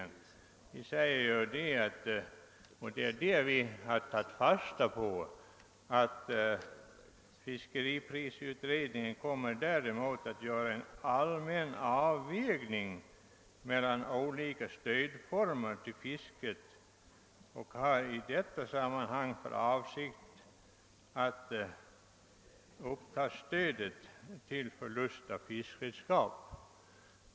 Fiskprisutredningen kommer däremot att göra en allmän avvägning mellan olika stödformer till fisket och har i detta sammanhang för avsikt att också ta upp frågan om stöd vid förlust av fiskredskap. Detta har vi tagit fasta på.